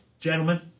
gentlemen